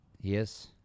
Yes